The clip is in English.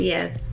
Yes